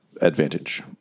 advantage